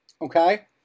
okay